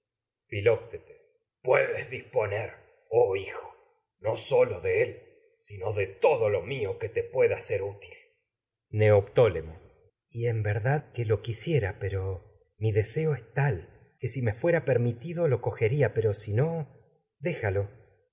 oh hijo no filoctetes disponer sólo de él sino de todo lo mío neoptólemo mi deseo que te pueda ser útil que y en verdad lo quisiera pero es tal que si me fuera permitido lo cogería pero si no déjalo